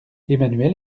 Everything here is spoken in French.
emmanuel